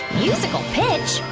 musical pitch?